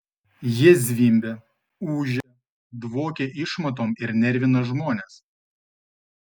jie zvimbia ūžia dvokia išmatom ir nervina žmones